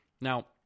Now